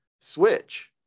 switch